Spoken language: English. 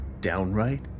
downright